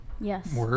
Yes